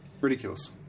Ridiculous